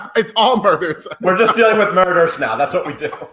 it's all murders. we're just dealing with murders now, that's what we do.